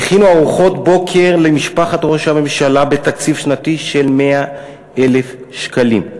הכינו ארוחות בוקר למשפחת ראש הממשלה בתקציב שנתי של 100,000 שקלים.